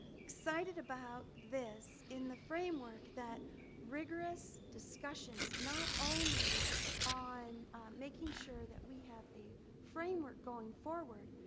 excited about this in the framework that rigorous discussions, not only on making sure that we have a framework going forward,